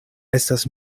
estas